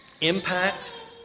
impact